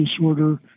disorder